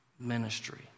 ministry